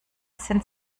sind